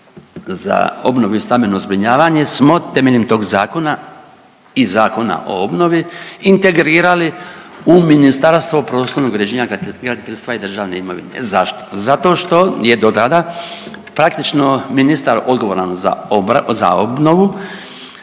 za obnovu i stambeno zbrinjavanje smo temeljem tog zakona i Zakona o obnovi integrirali u Ministarstvo prostornog uređenja, graditeljstva i državne imovine. Zašto? Zato što je do sada praktično ministar odgovoran za obnovu,